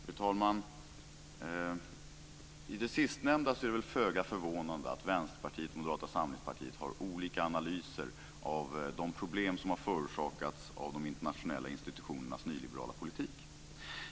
Fru talman! I det sistnämnda är det väl föga förvånande att Vänsterpartiet och Moderata samlingspartiet har olika analyser av de problem som har förorsakats av de internationella institutionernas nyliberala politik.